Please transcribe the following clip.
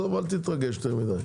אל תתרגש יותר מדי.